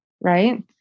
right